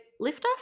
Liftoff